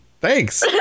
Thanks